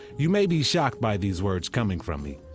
you may be shocked by these words coming from me,